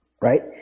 right